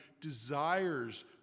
desires